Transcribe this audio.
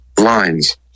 Lines